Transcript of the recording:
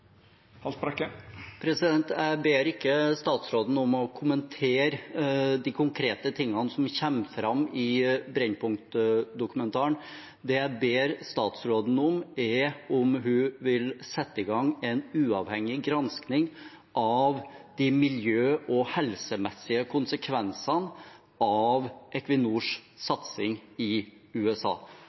Jeg ber ikke statsråden om å kommentere de konkrete tingene som kommer fram i Brennpunkt-dokumentaren. Det jeg spør statsråden om, er om hun vil sette i gang en uavhengig gransking av de miljø- og helsemessige konsekvensene av Equinors satsing i USA,